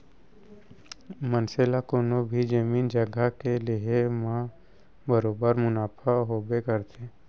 मनसे ला कोनों भी जमीन जघा के लेहे म बरोबर मुनाफा होबे करथे